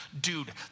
dude